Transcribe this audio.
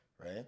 right